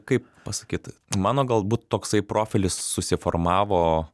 kaip pasakyt mano galbūt toksai profilis susiformavo